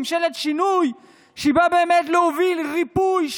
מממשלת שינוי שבאה באמת להוביל ריפוי,